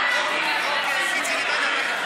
החוצה.